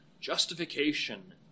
Justification